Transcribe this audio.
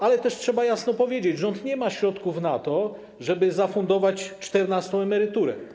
Ale trzeba też jasno powiedzieć, że rząd nie ma środków na to, żeby zafundować czternastą emeryturę.